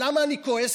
למה אני כועס?